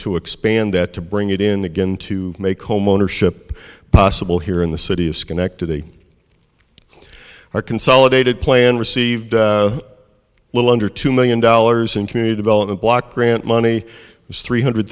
to expand that to bring it in again to make homeownership possible here in the city of schenectady our consolidated plan received a little under two million dollars in community development block grant money is three hundred